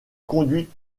conduit